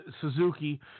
Suzuki